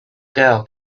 girl